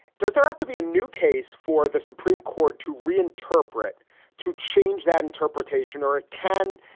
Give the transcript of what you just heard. does there have to be a new case for the supreme court to reinterpret to change that interpretation? or it can.